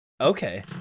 Okay